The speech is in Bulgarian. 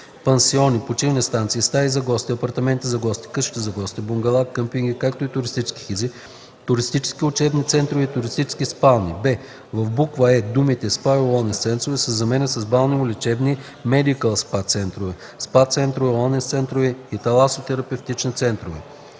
пансиони, почивни станции, стаи за гости, апартаменти за гости, къщи за гости, бунгала, къмпинги, както и туристически хижи, туристически учебни центрове и туристически спални;” б) в буква „е” думите „СПА и уелнес центрове” се заменят с „балнеолечебни (медикъл СПА) центрове, СПА центрове, уелнес центрове и таласотерапевтични центрове”.